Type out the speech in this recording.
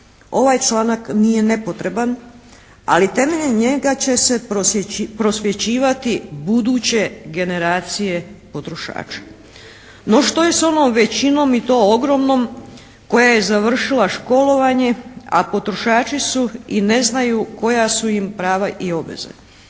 Ovaj članak nije nepotreban, ali temeljem njega će se prosvjećivati buduće generacije potrošača. No što je s onom većinom, i to ogromnom, koja je završila školovanje, a potrošači su i ne znaju koja su ima prava i obveze?